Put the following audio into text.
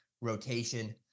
rotation